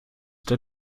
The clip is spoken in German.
der